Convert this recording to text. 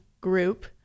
group